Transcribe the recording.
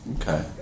Okay